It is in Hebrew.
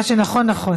מה שנכון נכון.